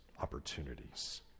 opportunities